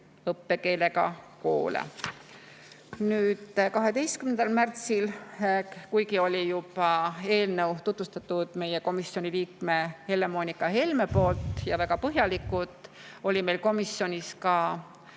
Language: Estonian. õppekeelega koole. 12. märtsil, kuigi eelnõu oli juba tutvustatud meile komisjoni liikme Helle-Moonika Helme poolt ja väga põhjalikult, oli meil komisjonis ka